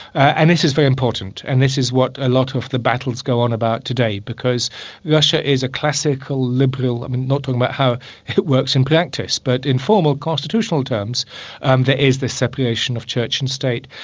and this is very important and this is what a lot of the battles go on about today, because russia is a classical liberal, i mean, we're not talking about how it works in practice, but in formal, constitutional terms um there is this separation of church and state.